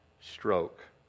stroke